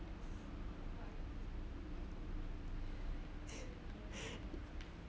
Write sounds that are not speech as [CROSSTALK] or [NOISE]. [LAUGHS]